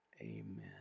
Amen